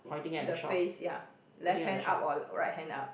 the face ya left hand up or right hand up